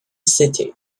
city